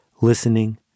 listening